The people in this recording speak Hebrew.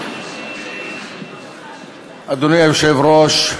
אדוני היושב-ראש,